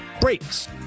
breaks